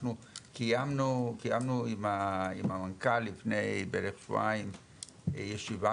אנחנו קיימנו עם המנכ"ל לפני בערך שבועיים ישיבה